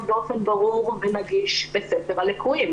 באופן ברור ונגיש בספר הליקויים.